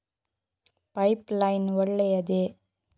Pipe line ಒಳ್ಳೆಯದೇ?